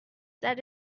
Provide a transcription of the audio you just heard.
that